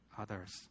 others